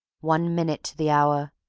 one minute to the hour.